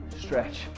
stretch